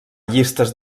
llistes